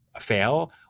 fail